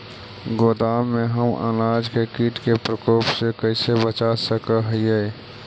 गोदाम में हम अनाज के किट के प्रकोप से कैसे बचा सक हिय?